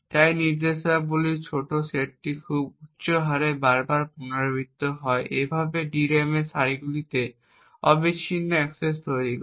তাই নির্দেশাবলীর এই ছোট সেটটি খুব উচ্চ হারে বারবার পুনরাবৃত্তি হয় এইভাবে DRAM এর সারিগুলিতে অবিচ্ছিন্ন অ্যাক্সেস তৈরি করে